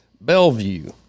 Bellevue